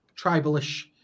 tribalish